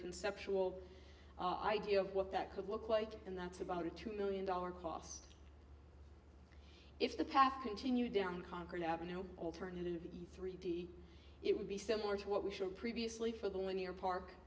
conceptual idea of what that could look like and that's about a two million dollar cost if the path continued down concord avenue no alternative three d it would be similar to what we should previously for the linear park